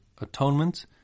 atonement